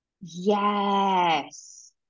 Yes